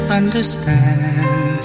understand